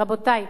רבותי,